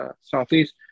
southeast